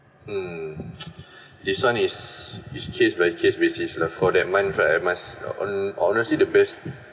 mm this one is is case by case basis lah for that month right I must on honestly the best